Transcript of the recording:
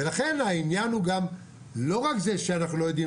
לכן העניין הוא לא רק זה שאנחנו לא יודעים